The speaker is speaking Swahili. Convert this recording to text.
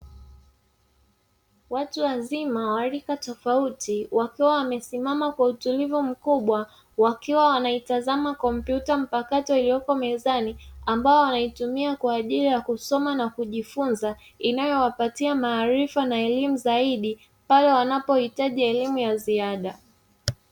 Watu wazima wa rika tofauti wakiwa wamesimama kwa utulivu mkubwa, wakiwa wanaitazama kompyuta mpakato iliyoko mezani ambayo wanaitumia kwa ajili ya kusoma na kujifunza inayowapatia maarifa na elimu zaidi pale wanapohitaji elimu ya ziada.